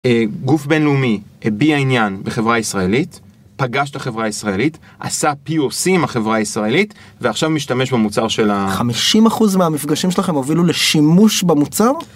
אה, גוף בינלאומי הביע עניין בחברה ישראלית, פגש את החברה הישראלית, עשה POC עם החברה הישראלית, ועכשיו משתמש במוצר שלה. 50% מהמפגשים שלכם הובילו לשימוש במוצר?